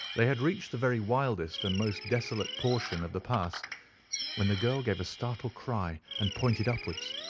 they had reached the very wildest and most desolate portion of the pass when the girl gave a startled cry, and pointed upwards.